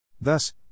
Thus